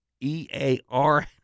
E-A-R